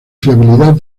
fiabilidad